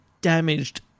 damaged